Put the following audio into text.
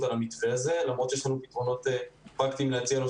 עלן המתווה הזה למרות שיש לנו פתרונות פרקטיים להציע לו,